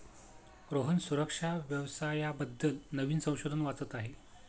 रोहन सुरक्षा व्यवसाया बद्दल नवीन संशोधन वाचत आहे